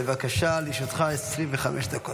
בבקשה, לרשותך 25 דקות.